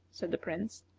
said the prince.